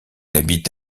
habite